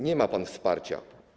Nie ma Pan wsparcia.